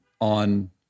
on